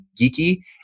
geeky